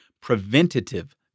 preventative